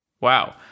Wow